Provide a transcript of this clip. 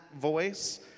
voice